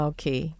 Okay